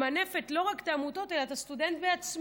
ממנפת לא רק את העמותות אלא את הסטודנט בעצמו,